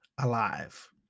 Alive